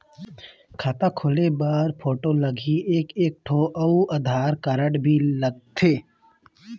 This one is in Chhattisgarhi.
खाता खोले बर फोटो लगही एक एक ठो अउ आधार कारड भी लगथे?